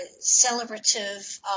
celebrative